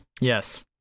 Yes